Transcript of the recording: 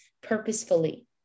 purposefully